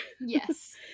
yes